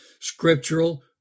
scriptural